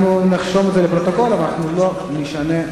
הוחל דין